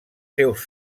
seus